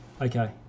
Okay